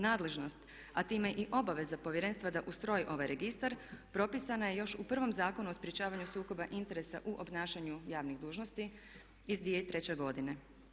Nadležnost a time i obaveza Povjerenstva da ustroji ovaj registar propisana je još u prvom Zakonu o sprječavanju sukoba interesa u obnašanju javnih dužnosti iz 2003. godine.